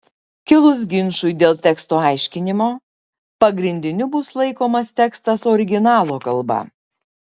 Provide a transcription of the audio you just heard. kilus ginčui dėl teksto aiškinimo pagrindiniu bus laikomas tekstas originalo kalba